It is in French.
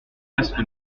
masque